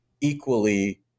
equally